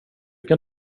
kan